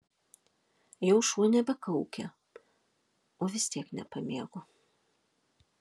jau šuo nebekaukia o vis tiek nepamiegu